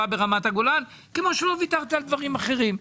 ברמת הגולן כמו שלא ויתרתי על דברים אחרים.